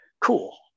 cool